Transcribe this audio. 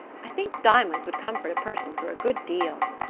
i think diamonds would comfort a person for a good deal.